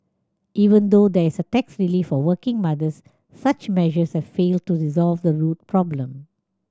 even though there is a tax relief for working mothers such measures have failed to resolve the root problem